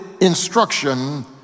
instruction